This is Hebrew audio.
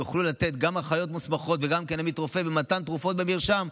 שיוכלו גם אחיות מוסמכות וגם עמית רופא לתת תרופות במרשם,